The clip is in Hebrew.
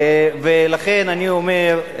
ולכן, אני אומר,